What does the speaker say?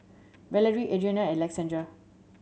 Valarie Adrianna and Alexandrea